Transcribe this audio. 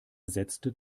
setzte